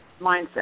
mindset